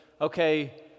okay